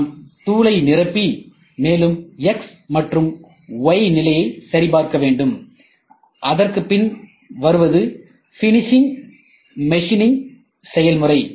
எனவே நாம் தூளை நிரப்பி மேலும் x மற்றும் y நிலையை சரி பார்க்க வேண்டும் அதற்குப்பின் வருவது ஃபினிஷிங் மெஷினிங் செயல்முறை